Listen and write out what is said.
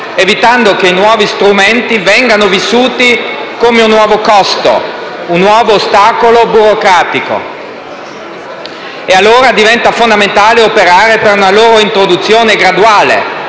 evitando che i nuovi strumenti vengano vissuti come un nuovo costo, un nuovo ostacolo burocratico. Diventa quindi fondamentale operare per una loro introduzione graduale,